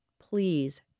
Please